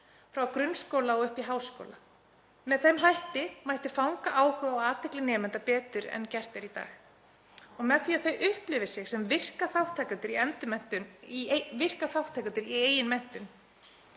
frá grunnskóla og upp í háskóla. Með þeim hætti mætti fanga áhuga og athygli nemenda betur en gert er í dag, með því að þeir upplifi sig sem virka þátttakendur í eigin menntun.